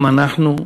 גם אנחנו.